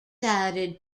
added